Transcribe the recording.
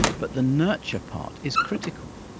but the nurture part is critical.